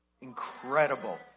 Incredible